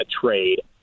trade